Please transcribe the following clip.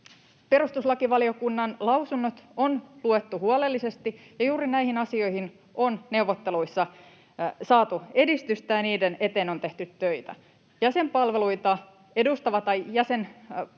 Perustuslakivaliokunnan lausunnot on luettu huolellisesti, ja juuri näihin asioihin on neuvotteluissa saatu edistystä ja niiden eteen on tehty töitä. Jäsenvaltioita avustava neuvoston oikeuspalvelu